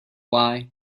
why